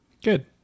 Good